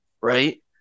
right